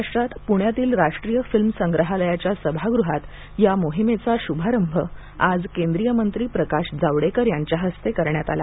महाराष्ट्रात पुण्यातील राष्ट्रीय फिल्म संग्रहालयाच्या सभागृहात या मोहिमेचा शुभारंभ आज केंद्रीय मंत्री प्रकाश जावडेकर यांच्या हस्ते करण्यात आला